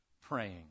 praying